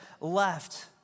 left